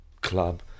club